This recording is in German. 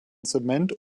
zement